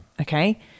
okay